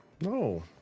No